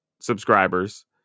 subscribers